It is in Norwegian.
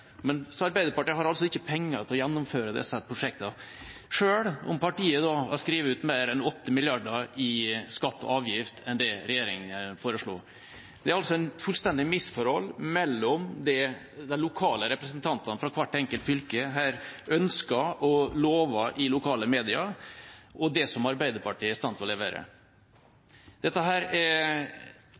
Men Arbeiderpartiet har ikke penger til å gjennomføre disse prosjektene, selv om partiet har skrevet ut mer enn 8 mrd. kr mer i skatter og avgifter enn det regjeringa foreslo. Det er altså et fullstendig misforhold mellom det de lokale representantene fra hvert enkelt fylke ønsker og lover i lokale medier, og det som Arbeiderpartiet er i stand til å levere. Dette er – ja, man kan nesten bruke uttrykket «litt useriøst». Poenget er